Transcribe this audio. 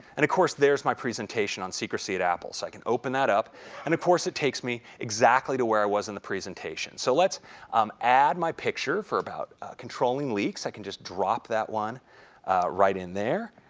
and of course there's my presentation on secrecy at apple. so, i can open that up and of course it takes me exactly to where i was in the presentation. so, let's um add my picture for about controlling leaks, i can just drop that one right in there.